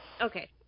Okay